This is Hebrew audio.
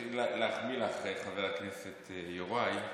התחיל להחמיא לך חבר הכנסת יוראי.